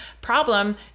problem